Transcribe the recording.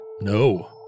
No